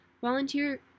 volunteer